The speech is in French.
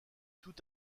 tout